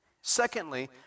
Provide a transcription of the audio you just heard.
Secondly